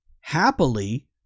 happily